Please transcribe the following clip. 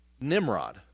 Nimrod